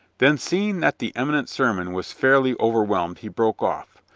then, seeing that the imminent sermon was fairly over whelmed, he broke off.